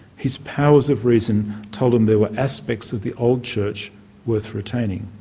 his powers of reason told him there were aspects of the old church worth retaining.